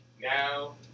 Now